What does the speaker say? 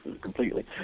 completely